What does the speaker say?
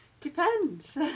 Depends